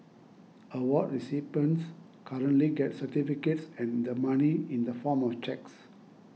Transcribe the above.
award recipients currently get certificates and the money in the form of cheques